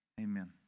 Amen